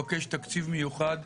התכנון.